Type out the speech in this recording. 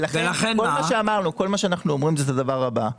כל מה שאנחנו אומרים זה את הדבר הבא: